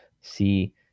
see